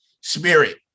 spirit